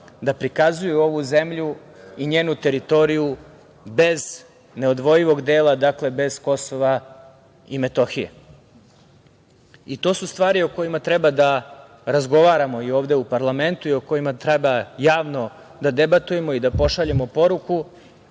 da prikazuju ovu zemlju i njenu teritoriju bez neodvojivog dela, bez KiM. To su stvari o kojima treba da razgovaramo i ovde u parlamentu i o kojima treba javno da debatujemo i da pošaljemo poruku